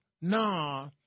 nah